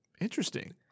Interesting